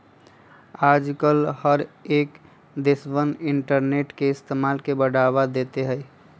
आजकल हर एक देशवन इन्टरनेट के इस्तेमाल से बढ़ावा देते हई